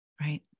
Right